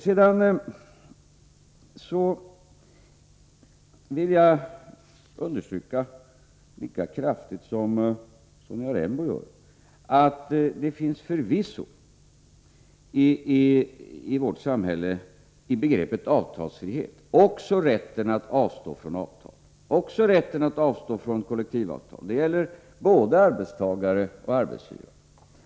Jag vill understryka — lika kraftigt som Sonja Rembo gör — att i begreppet avtalsfrihet i vårt samhälle finns förvisso också rätten att avstå från avtal, från kollektivavtal. Det gäller både arbetstagare och arbetsgivare.